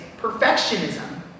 perfectionism